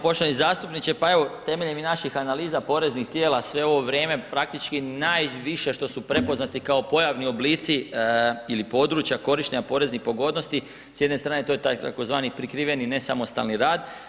Poštovani zastupniče, pa evo temeljem i naših analiza poreznih tijela sve ovo vrijeme praktički najviše što su prepoznati kao pojavni oblici ili područja korištenja područnih pogodnosti, s jedne strane to je taj tzv. prikriveni nesamostalni rad.